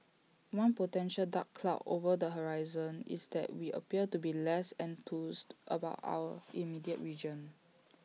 one potential dark cloud over the horizon is that we appear to be less enthused about our immediate region